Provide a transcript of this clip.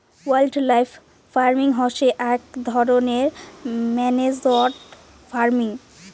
wildlife farming হসে আক ধরণের ম্যানেজড ফার্মিং